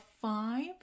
five